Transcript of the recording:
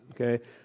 okay